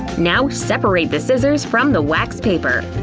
now separate the scissors from the wax paper.